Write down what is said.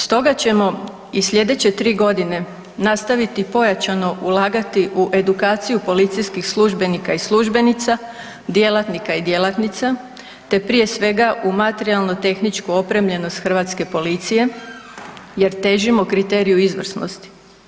Stoga ćemo i slijedeće 3.g. nastaviti pojačano ulagati u edukaciju policijskih službenika i službenica, djelatnika i djelatnica, te prije svega u materijalno tehničku opremljenost hrvatske policije jer težimo kriteriju izvrsnosti.